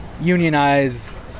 unionize